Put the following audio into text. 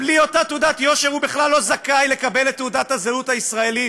בלי אותה תעודת יושר הוא בכלל לא זכאי לקבל את תעודת הזהות הישראלית,